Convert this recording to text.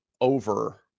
over